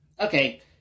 okay